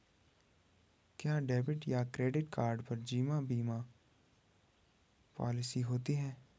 क्या डेबिट या credit card पर जीवन बीमा पॉलिसी होती है?